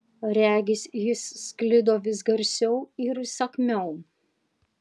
regis jis sklido vis garsiau ir įsakmiau